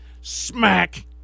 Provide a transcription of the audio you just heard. Smack